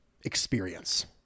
experience